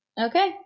Okay